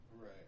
Right